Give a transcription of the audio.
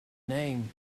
name